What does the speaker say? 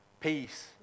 peace